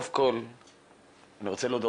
אם היו מגלים את זה לפני כן אז הסיפור היה שונה